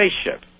spaceship